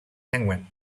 penguin